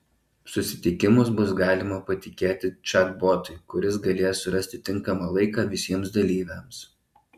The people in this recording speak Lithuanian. susitikimus bus galima patikėti čatbotui kuris galės surasti tinkamą laiką visiems dalyviams